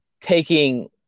taking